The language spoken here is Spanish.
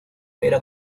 era